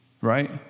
right